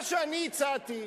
מה שאני הצעתי,